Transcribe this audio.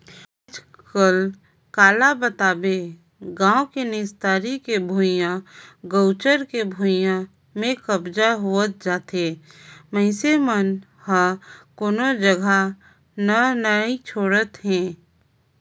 आजकल काला बताबे गाँव मे निस्तारी के भुइयां, गउचर के भुइयां में कब्जा होत जाथे मइनसे मन ह कोनो जघा न नइ छोड़त हे